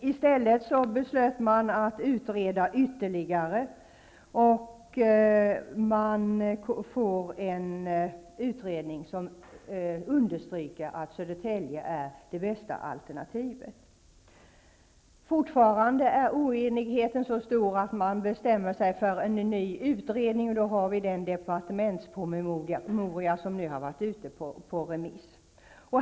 I stället beslöt man att utreda ytterligare, och man har fått en utredning som understryker att Södertälje är det bästa alternativet. Fortfarande är oenigheten så stor att man bestämmer sig för en ny utredning, och en departementspromemoria har nu varit ute på remiss.